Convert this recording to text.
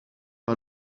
par